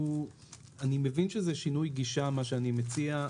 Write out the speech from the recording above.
אני מבין שזה שינוי גישה מה שאני מציע,